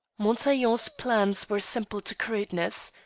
montaiglon's plans were simple to crudeness.